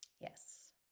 yes